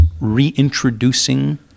reintroducing